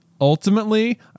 ultimately